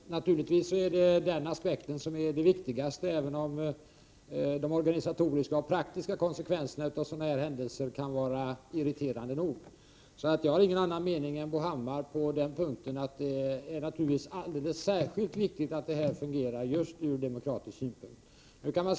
Fru talman! Naturligtvis är den demokratiska aspekten den viktigaste, även om de organisatoriska och praktiska konsekvenserna av sådana händelser som vi diskuterar kan vara irriterande nog. Jag har ingen annan mening än den Bo Hammar har på den här punkten. Det är naturligtvis alldeles särskilt viktigt just från demokratisk synpunkt att detta fungerar.